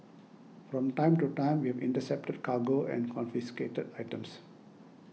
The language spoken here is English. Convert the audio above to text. from time to time we have intercepted cargo and confiscated items